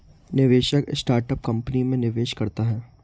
निवेशक startup company में निवेश करता है